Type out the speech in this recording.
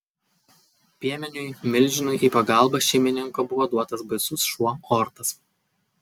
piemeniui milžinui į pagalbą šeimininko buvo duotas baisus šuo ortas